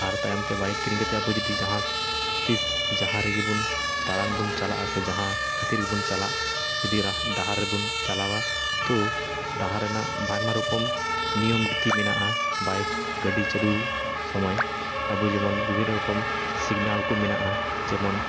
ᱟᱨ ᱛᱟᱭᱚᱢᱛᱮ ᱵᱟᱭᱤᱠ ᱠᱤᱨᱤᱧ ᱠᱟᱛᱮᱫ ᱟᱵᱚ ᱡᱩᱫᱤ ᱡᱟᱦᱟᱸ ᱛᱤᱥ ᱡᱟᱦᱟᱸ ᱨᱮᱜᱮ ᱵᱚᱱ ᱫᱟᱬᱟᱱ ᱵᱚᱱ ᱪᱟᱞᱟᱜᱼᱟ ᱥᱮ ᱡᱟᱦᱟᱸ ᱠᱷᱟᱹᱛᱤᱨ ᱜᱮ ᱵᱚᱱ ᱪᱟᱞᱟᱜ ᱡᱩᱫᱤ ᱰᱟᱦᱟᱨ ᱨᱮᱵᱚᱱ ᱪᱟᱞᱟᱣᱼᱟ ᱛᱳ ᱰᱟᱦᱟᱨ ᱨᱮᱱᱟᱜ ᱟᱭᱢᱟ ᱨᱚᱠᱚᱢ ᱱᱤᱭᱚᱢ ᱨᱤᱛᱤ ᱢᱮᱱᱟᱜᱼᱟ ᱵᱟᱭᱤᱠ ᱜᱟᱹᱰᱤ ᱪᱟᱹᱞᱩ ᱥᱚᱢᱚᱭ ᱟᱵᱚ ᱡᱮᱢᱚᱱ ᱵᱤᱚᱵᱷᱤᱱᱱᱚ ᱨᱚᱠᱚᱢ ᱥᱤᱜᱽᱱᱟᱞᱠᱚ ᱢᱮᱱᱟᱜᱼᱟ ᱡᱮᱢᱚᱱ